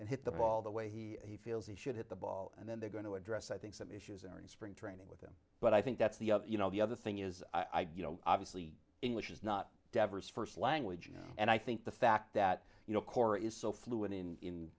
and hit the ball the way he feels he should hit the ball and then they're going to address i think some issue and spring training with them but i think that's the you know the other thing is i do you know obviously english is not devers first language and i think the fact that you know corps is so fluent in